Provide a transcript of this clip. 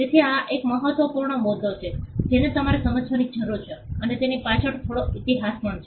તેથી આ એક મહત્વપૂર્ણ મુદ્દો છે જેને તમારે સમજવાની જરૂર છે અને તેની પાછળ થોડો ઇતિહાસ છે